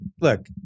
look